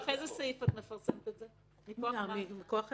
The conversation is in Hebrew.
--- היה כאן